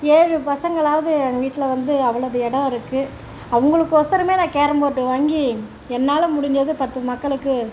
ஏழு பசங்களாவது எங்கள் வீட்டில் வந்து அவளது இடம் இருக்குது அவங்களுக்கு ஒசரமே நான் கேரம் போர்டு வாங்கி என்னால் முடிஞ்சது பத்து மக்களுக்கு